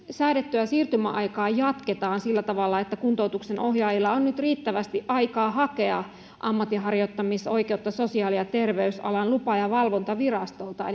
säädettyä siirtymäaikaa jatketaan sillä tavalla että kuntoutuksen ohjaajilla on nyt riittävästi aikaa hakea ammatinharjoittamisoikeutta sosiaali ja terveysalan lupa ja valvontavirastolta